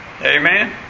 Amen